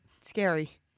scary